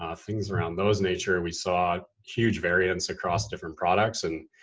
ah things around those nature. we saw huge variance across different products and